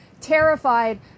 terrified